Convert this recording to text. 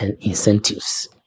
incentives